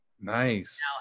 Nice